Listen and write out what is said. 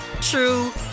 true